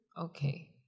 Okay